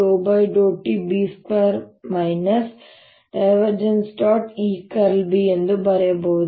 ಎಂದು ಬರೆಯಬಹುದು